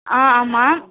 ஆ ஆமாம்